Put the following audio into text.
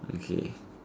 okay